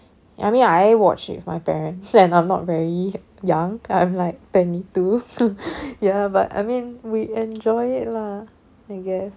ya I mean I watch it with my parents and I'm not very young I'm like twenty two ya but I mean we enjoy it lah I guess